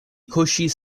kuŝis